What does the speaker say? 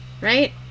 right